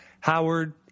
Howard